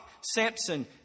Samson